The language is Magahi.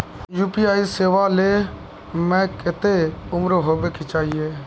यु.पी.आई सेवा ले में कते उम्र होबे के चाहिए?